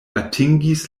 atingis